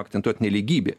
akcentuot nelygybę